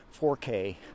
4K